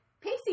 Pacey